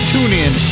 TuneIn